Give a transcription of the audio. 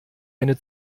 eine